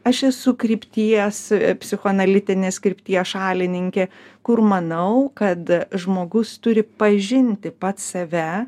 aš esu krypties psichoanalitinės krypties šalininkė kur manau kad žmogus turi pažinti pats save